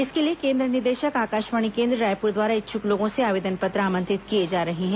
इसके लिए केन्द्र निदेशक आकाशवाणी केन्द्र रायपुर द्वारा इच्छुक लोंगों से आवेदन पत्र आमंत्रित किए जा रहे हैं